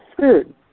food